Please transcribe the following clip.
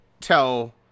tell